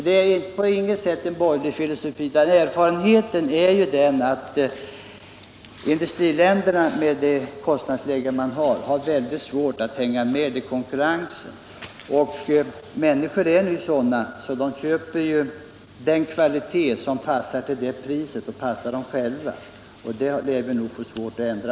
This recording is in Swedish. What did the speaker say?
— Det är alltså på inget sätt en borgerlig filosofi, utan erfarenheten är = Försörjningsbered den att industriländerna med sitt kostnadsläge har väldigt svårt att hänga — skapen på skoom med i konkurrensen. Människorna är nu sådana att de köper kvalitet — rådet till det pris som passar dem själva. Det lär vi nog få svårt att ändra